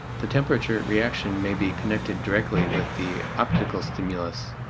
the temperature reaction may be connected directly with the optical stimulus,